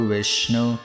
Vishnu